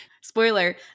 Spoiler